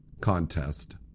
Contest